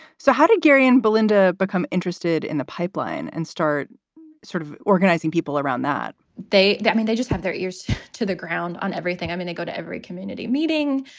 so how did gary and belinda become interested in the pipeline and start sort of organizing people around that? they i mean, they just have their ears to the ground on everything. i mean, they go to every community meeting.